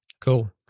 Cool